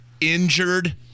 injured